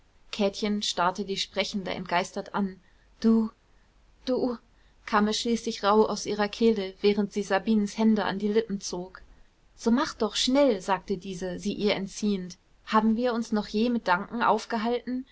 käthchen starrte die sprechende entgeistert an du du kam es schließlich rauh aus ihrer kehle während sie sabinens hände an die lippen zog so mach doch schnell sagte diese sie ihr entziehend haben wir uns noch je mit danken aufgehalten